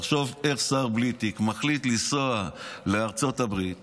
תחשוב איך שר בלי תיק מחליט לנסוע לארצות הברית